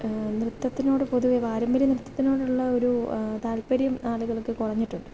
നൃത്തത്തിനോട് പൊതുവെ പാരമ്പര്യ നൃത്തത്തിനോടുള്ള ഒരു താൽപര്യം ആളുകൾക്ക് കുറഞ്ഞിട്ടുണ്ട്